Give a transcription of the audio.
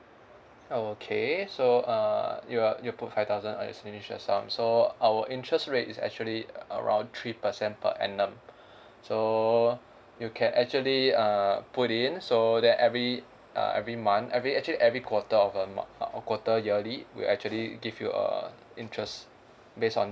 okay so uh you will you'll put five thousand as initial sum so our interest rate is actually uh around three percent per annum so you can actually uh put in so that every uh every month every actually every quarter of a mo~ quarter yearly we actually give you a interest based on